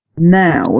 now